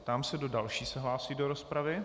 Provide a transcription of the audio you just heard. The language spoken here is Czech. Ptám se, kdo další se hlásí do rozpravy.